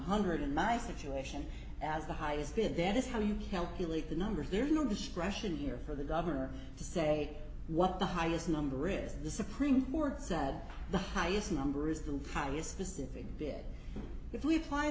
hundred in my situation as the highest bid that is how you calculate the numbers there is no discretion here for the governor to say what the highest number is the supreme court said the highest number is the highest specific bit if we